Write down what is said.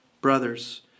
Brothers